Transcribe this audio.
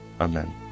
Amen